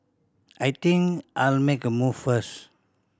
I think I'll make a move first